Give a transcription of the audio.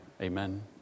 Amen